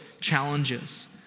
challenges